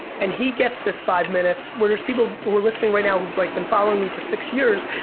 and he gets this five minutes, where there's people who are listening right now who've like been following me for six years,